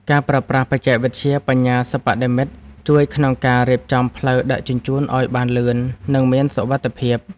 ការប្រើប្រាស់បច្ចេកវិទ្យាបញ្ញាសិប្បនិម្មិតជួយក្នុងការរៀបចំផ្លូវដឹកជញ្ជូនឱ្យបានលឿន និងមានសុវត្ថិភាព។